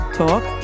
talk